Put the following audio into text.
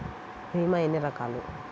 భీమ ఎన్ని రకాలు?